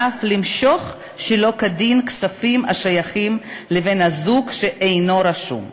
ואף למשוך שלא כדין כספים השייכים לבן-הזוג שאינו רשום.